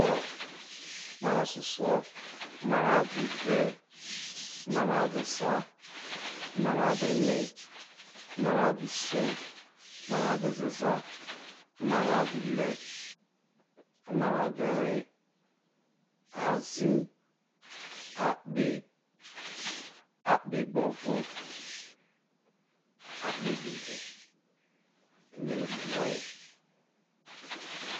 amara aso suo amata avo we amara avo esa amara avo ene amara avo isio amara avo erza amara avo ihre amara avo eree azie akpe gbovo akpegbive emerae ukpenaye.